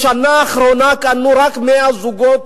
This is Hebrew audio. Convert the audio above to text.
בשנה האחרונה קנו רק 100 זוגות